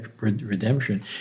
redemption